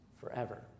forever